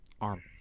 Arm